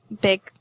big